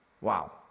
Wow